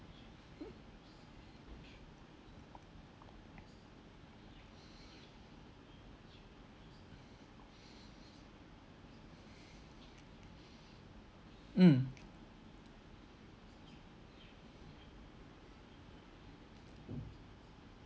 mm mm